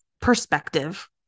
perspective